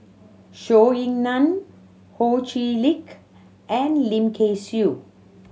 Zhou Ying Nan Ho Chee Lick and Lim Kay Siu